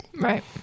Right